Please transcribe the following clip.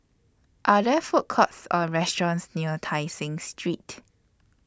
Are There Food Courts Or restaurants near Tai Seng Street